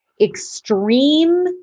extreme